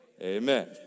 Amen